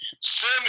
Sim